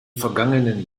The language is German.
vergangenen